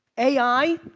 a i.